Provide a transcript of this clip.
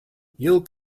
you’ll